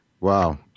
Wow